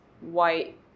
white